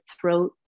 throat